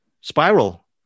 Spiral